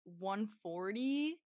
140